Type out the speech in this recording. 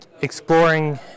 exploring